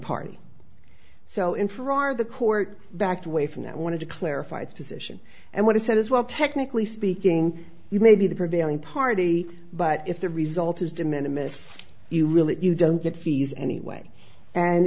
party so in farrar the court backed away from that wanted to clarify its position and what it said is well technically speaking you may be the prevailing party but if the result is demanded miss you really you don't get fees anyway and